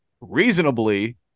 reasonably